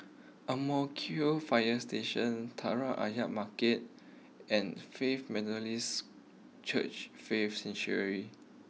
Ang Mo Kio fire Station Telok Ayer Market and Faith Methodist Church Faith Sanctuary